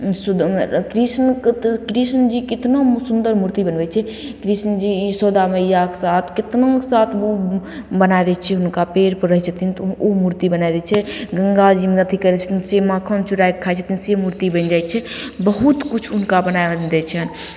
सुद कृष्णके तऽ कृष्ण जीके तऽ इतना सुन्दर मूर्ति बनबय छै कृष्ण जी यशोदा मैयाके साथ कितनाके साथ ओ बनाय दै छै हुनका ओ पेड़पर रहय छथिन तऽ ओ मूर्ति बनाय दै छै गंगाजीमे अथी करय छथिन से माखन चोराके खाय छथिन से मूर्ति बनि जाइ छै बहुत किछु हुनका बनाय दै छन्हि